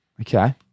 Okay